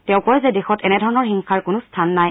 তেওঁ কয় যে দেশত এনেধৰণৰ হিংসাৰ কোনো স্থান নাই